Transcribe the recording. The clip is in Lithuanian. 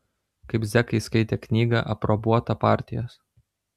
kaip zekai skaitė knygą aprobuotą partijos